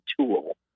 Tool